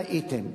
ראיתם.